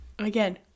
again